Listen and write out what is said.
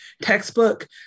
textbook